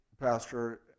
pastor